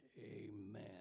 Amen